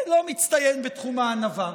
כן, לא מצטיין בתחום הענווה.